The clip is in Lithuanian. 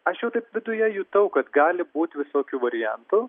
aš jau taip viduje jutau kad gali būt visokių variantų